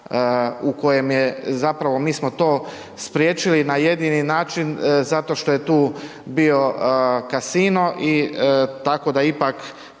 u kojem je, zapravo mi smo to spriječili na jedini način zato što je tu bio Casino i tako da ipak